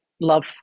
love